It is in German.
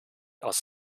aus